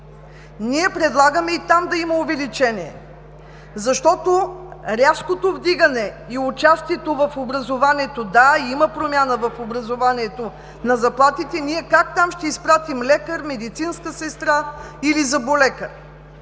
Ние предлагаме и там да има увеличение, защото рязкото вдигане и участието в образованието – да, има промяна на заплатите в образованието, как ще изпратим там лекар, медицинска сестра или зъболекар?